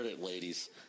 ladies